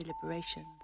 deliberations